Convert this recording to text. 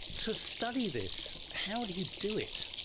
to study this, how do you do it?